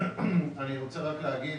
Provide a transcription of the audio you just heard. אני רוצה רק להגיד,